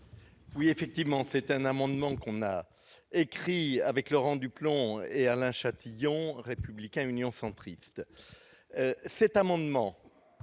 Oui, effectivement, c'est un amendement qu'on a écrit avec Laurent du plomb et Alain Châtillon républicain Union centriste,